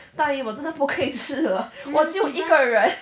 大姨我真的不可以吃了我只有一个人